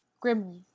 Grimly